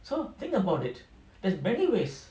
so think about it it's very wise